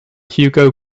hugo